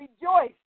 rejoice